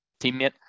teammate